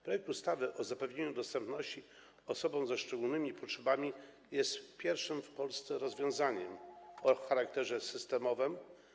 Projekt ustawy o zapewnianiu dostępności osobom ze szczególnymi potrzebami jest pierwszym w Polsce rozwiązaniem o charakterze systemowym.